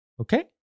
okay